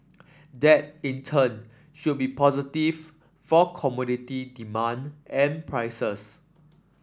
that in turn should be positive for commodity demand and prices